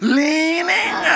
leaning